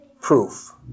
proof